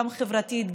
גם חברתית,